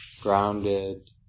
grounded